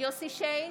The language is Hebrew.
יוסף שיין,